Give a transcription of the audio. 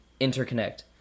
interconnect